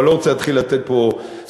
או אני לא רוצה להתחיל לתת פה סופרלטיבים,